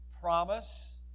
promise